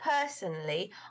personally